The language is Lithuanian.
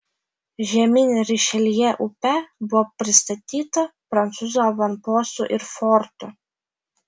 žemyn rišeljė upe buvo pristatyta prancūzų avanpostų ir fortų